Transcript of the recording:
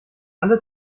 alle